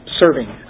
serving